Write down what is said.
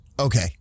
Okay